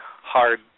hard